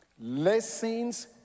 Lessons